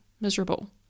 miserable